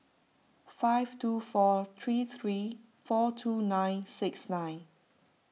five two four three three four two nine six nine